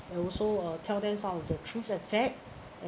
I also uh tell them some of the truth and fact